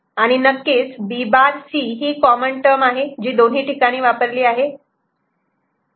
आणि नक्कीच B' C ही कॉमन टर्म आहे जी दोन्ही ठिकाणी वापरली आहे